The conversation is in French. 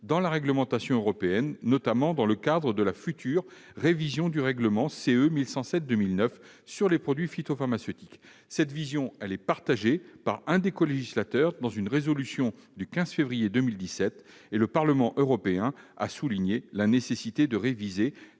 sein la réglementation européenne, notamment dans le cadre de la future révision du règlement (CE) n° 1107/2009 sur les produits phytopharmaceutiques. Cette vision est déjà partagée par un des colégislateurs : dans une résolution du 15 février 2017, le Parlement européen a souligné la nécessité de réviser